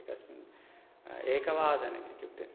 एकस्मिन् एकवादने इत्युक्ते